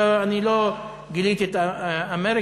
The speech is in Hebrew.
אני לא גיליתי את אמריקה,